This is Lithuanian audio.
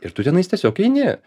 ir tu tenais tiesiog eini